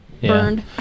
burned